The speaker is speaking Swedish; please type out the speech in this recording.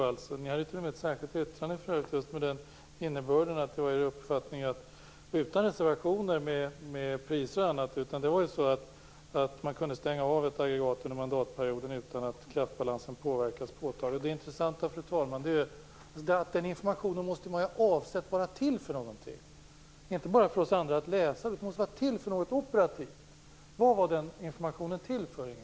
Ni lämnade t.o.m. ett särskilt yttrande med innebörden att det var er uppfattning att man kunde stänga av ett aggregat under mandatperioden utan att kraftbalansen skulle påverkas påtagligt, utan reservationer för priser och annat. Den informationen måste ha varit avsedd för något operativt och inte bara för att vi andra skulle läsa den. Vad var den informationen till för, Inge